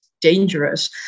dangerous